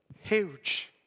huge